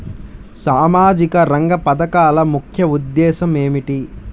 సామాజిక రంగ పథకాల ముఖ్య ఉద్దేశం ఏమిటీ?